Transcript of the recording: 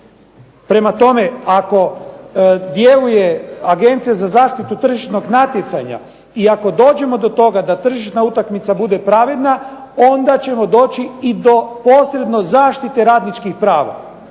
Prema tome ako djeluje Agencija za zaštitu tržišnog natjecanja, i ako dođemo do toga da tržišna utakmica bude pravedna, onda ćemo doći i do posredno zaštite radničkih prava.